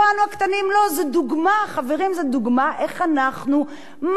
זו דוגמה איך אנחנו מפקירים את אותם עובדים חלשים,